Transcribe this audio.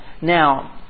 Now